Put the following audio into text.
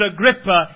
Agrippa